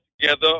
together